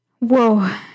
whoa